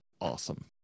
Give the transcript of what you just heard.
awesome